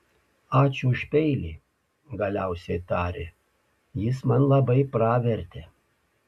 ačiū už peilį galiausiai tarė jis man labai pravertė